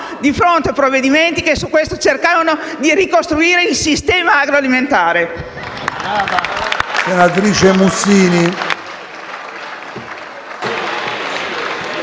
contro provvedimenti che cercavano di ricostruire il sistema agroalimentare.